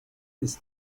this